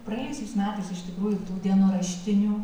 praėjusiais metais iš tikrųjų dienoraštinių